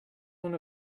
one